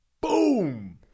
Boom